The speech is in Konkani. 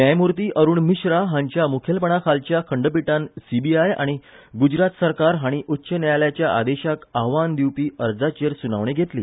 न्यायमूर्ती अरुण मिश्रा हांच्या मुखेलपणा खालच्या खंडपिठान सिबिआय आनी गूजरात सरकार हांणी उच्च न्यायालयाच्या आदेशाक आव्हान दिवपी अर्जाचेर सुनावणी घेतली